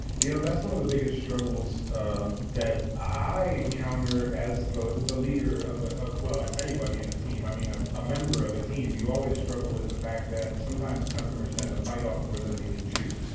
you know, that's one of the biggest struggles that i encounter as the the leader of ah of well, has anybody in a team? i mean a ah member of a team you always struggle with the fact that sometimes customers tend to bite off more than they can chew